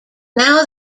now